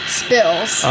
spills